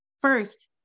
First